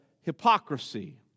hypocrisy